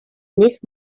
نیست